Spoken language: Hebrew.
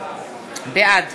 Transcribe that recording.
בעד